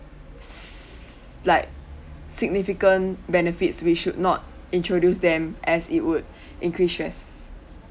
s~ like significant benefits we should not introduce them as it would increase stress